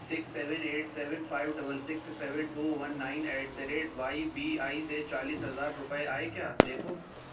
six seven eight seven five double six seven two one nine eight the rate Y B I سے چالیس ہزار روپیے آئے کیا دیکھو